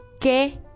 que